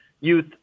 youth